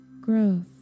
growth